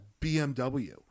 BMW